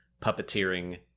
puppeteering